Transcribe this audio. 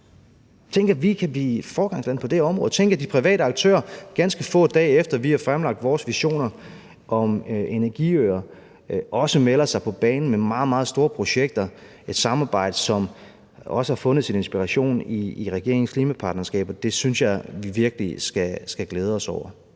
Tænk, at vi kan blive foregangsland på det område. Tænk, at de private aktører, ganske få dage efter vi har fremlagt vores visioner om energiøer, også melder sig på banen med meget, meget store projekter, et samarbejde, som også har fundet sin inspiration i regeringens klimapartnerskaber. Det synes jeg virkelig vi skal glæde os over.